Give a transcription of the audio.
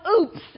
oops